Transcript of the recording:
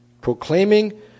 proclaiming